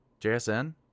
JSN